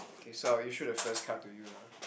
okay so I'll issue the first card to you ya